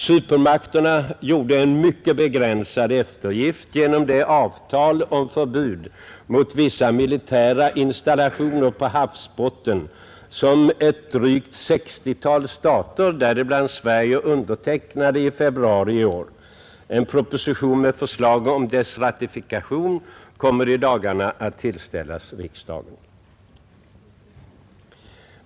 Supermakterna gjorde en mycket begränsad eftergift genom det avtal om förbud mot vissa militära installationer på havsbottnen, som ett drygt sextiotal stater, däribland Sverige, undertecknade i februari i år. En proposition med förslag om dess ratifikation kommer i dagarna att tillställas riksdagen.